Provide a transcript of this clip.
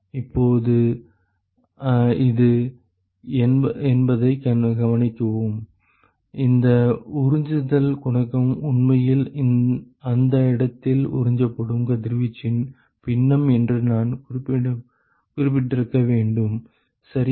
இப்போது இது என்பதை கவனிக்கவும் இந்த உறிஞ்சுதல் குணகம் உண்மையில் அந்த இடத்தில் உறிஞ்சப்படும் கதிர்வீச்சின் பின்னம் என்று நான் குறிப்பிட்டிருக்க வேண்டும் சரியா